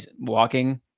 walking